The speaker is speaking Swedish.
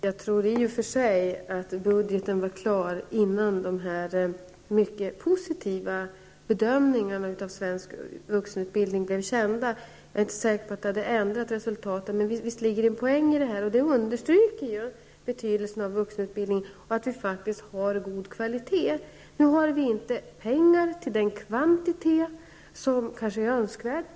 Herr talman! Jag tror i och för sig att budgeten var klar innan de här mycket positiva bedömningarna av svensk vuxenutbildning blev kända. Jag är inte säker på att de skulle ha ändrat resultaten, men visst ligger det en poäng i detta. Det understryker betydelsen av vuxenutbildningen och visar att den faktiskt har god kvalitet. Nu har vi inte pengar till den kvantitet som kanske är önskvärd.